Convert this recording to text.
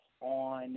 on